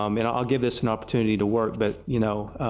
um and i will give this an opportunity to work but you know,